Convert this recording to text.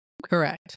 Correct